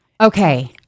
Okay